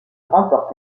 remporte